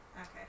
Okay